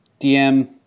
DM